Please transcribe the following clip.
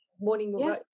morning